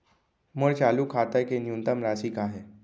मोर चालू खाता के न्यूनतम राशि का हे?